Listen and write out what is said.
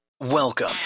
Welcome